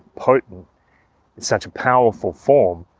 potent in such a powerful form,